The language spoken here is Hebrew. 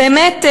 באמת,